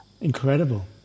incredible